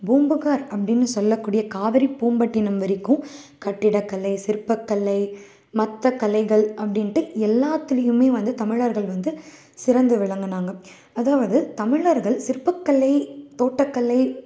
பூம்புகார் அப்படினு சொல்ல கூடிய காவேரிபூம்பட்டினம் வரைக்கும் கட்டிடக்கலை சிற்பக்கலை மற்றக்கலைகள் அப்படின்ட்டு எல்லாத்துலேயுமே வந்து தமிழர்கள் வந்து சிறந்து விளங்கினாங்க அதாவது தமிழர்கள் சிற்பக்கலை தோட்டக்கலை